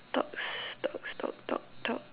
talks talk talk talk talk